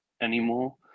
anymore